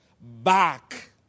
back